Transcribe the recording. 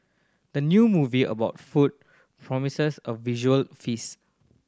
the new movie about food promises a visual feast